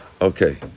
Okay